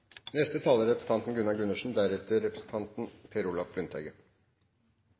Neste taler er representanten Per Olaf Lundteigen,